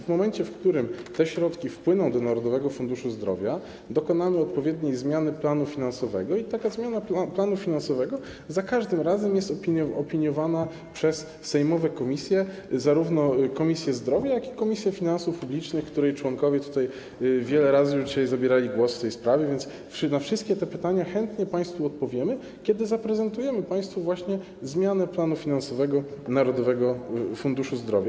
W momencie, w którym te środki wpłyną do Narodowego Funduszu Zdrowia, dokonamy odpowiedniej zmiany planu finansowego i taka zmiana planu finansowego za każdym razem jest opiniowana przez komisje sejmowe, zarówno przez Komisję Zdrowia, jak i przez Komisję Finansów Publicznych, której członkowie tutaj wiele razy już dzisiaj zabierali głos w tej sprawie, więc na wszystkie te pytania chętnie państwu odpowiemy, kiedy zaprezentujemy państwu właśnie zmianę planu finansowego Narodowego Funduszu Zdrowia.